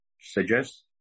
suggest